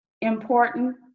important